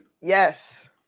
yes